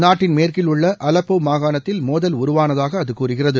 நாட்டின் மேற்கில் உள்ள அலப்போ மாகாணத்தில் மோதல் உருவானதாக அது கூறுகிறது